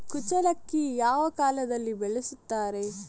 ಕುಚ್ಚಲಕ್ಕಿ ಯಾವ ಕಾಲದಲ್ಲಿ ಬೆಳೆಸುತ್ತಾರೆ?